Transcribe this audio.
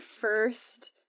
first